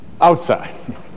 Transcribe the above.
outside